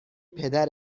پدر